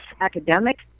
academic